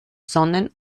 sonnen